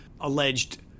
alleged